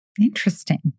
Interesting